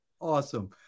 awesome